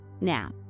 now